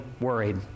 worried